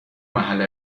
محل